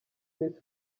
miss